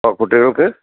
ആ കുട്ടികൾക്ക്